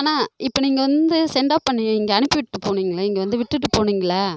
அண்ணா இப்போ நீங்கள் வந்து சென்டாஃப் பண்ணுவீங்க அனுப்பிவிட்டு போனிங்ளே இங்கே வந்து விட்டுட்டு போனிங்களே